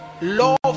love